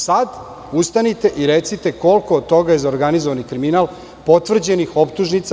Sad ustanite i recite koliko toga je za organizovani kriminal potvrđenih optužnica.